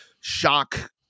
shock